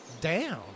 down